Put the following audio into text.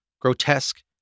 grotesque